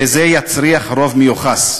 וזה יצריך רוב מיוחס.